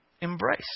embrace